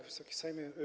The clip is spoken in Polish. Wysoki Sejmie!